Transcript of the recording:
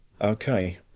okay